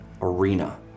arena